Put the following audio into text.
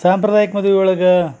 ಸಾಂಪ್ರದಾಯಿಕ ಮದುವೆ ಒಳಗ